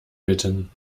bitten